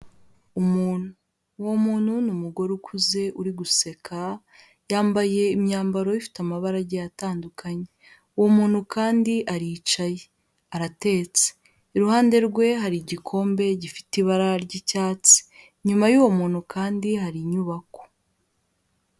Umuntu, uwo muntu ni umugore ukuze uri guseka, yambaye imyambaro ifite amabara agiye atandukanye, uwo muntu kandi aricaye aratetse, iruhande rwe hari igikombe gifite ibara ry'icyatsi, inyuma y'uwo muntu kandi hari inyubako.